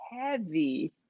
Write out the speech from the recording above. heavy